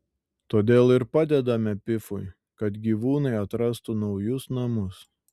todėl ir padedame pifui kad gyvūnai atrastų naujus namus